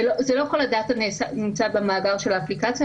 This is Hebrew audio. זה לא כל הדאטה נמצא במאגר של האפליקציה,